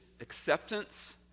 acceptance